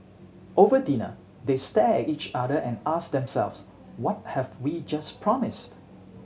over dinner they stared at each other and asked themselves what have we just promised